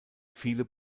viele